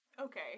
okay